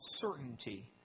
certainty